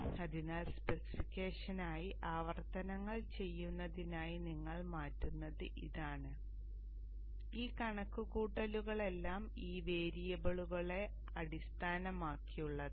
അതിനാൽ സ്പെസിഫിക്കേഷനായി ആവർത്തനങ്ങൾ ചെയ്യുന്നതിനായി നിങ്ങൾ മാറ്റുന്നത് ഇതാണ് ഈ കണക്കുകൂട്ടലുകളെല്ലാം ഈ വേരിയബിളുകളെ അടിസ്ഥാനമാക്കിയുള്ളതാണ്